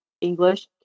English